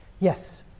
Yes